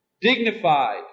dignified